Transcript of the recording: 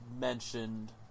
mentioned